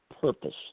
purpose